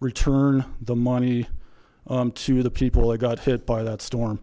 return the money to the people that got hit by that storm